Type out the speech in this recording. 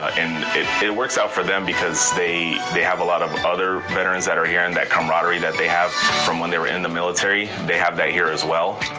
ah it it works out for them because they they have a lot of other veterans that are here in that comradery that they have from when they were in the military. they have that here as well.